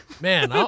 man